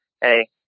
hey